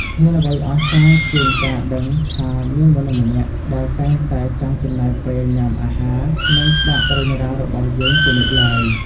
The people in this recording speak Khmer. គ្មានអ្វីអស្ចារ្យជាងការដឹងថាមានមនុស្សម្នាក់ដែលតែងតែចង់ចំណាយពេលញ៉ាំអាហារ និងស្ដាប់រឿងរ៉ាវរបស់យើងជានិច្ចឡើយ។